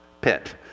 pit